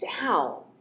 down